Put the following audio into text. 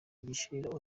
igishirira